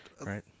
Right